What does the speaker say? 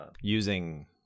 using